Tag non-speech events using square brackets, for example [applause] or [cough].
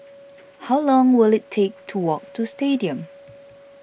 [noise] how long will it take to walk to Stadium